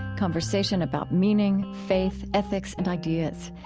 conversation about meaning, faith, ethics, and ideas.